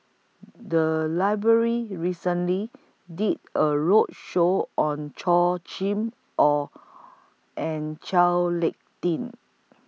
The Library recently did A roadshow on Chim Or and Chao Lick Tin